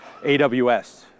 AWS